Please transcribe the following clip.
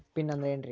Pin ಅಂದ್ರೆ ಏನ್ರಿ?